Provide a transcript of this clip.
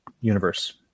universe